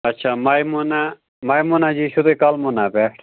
اَچھا مایموٗنا مایموٗنا جی چھُو تُہۍ کَلموٗنا پٮ۪ٹھ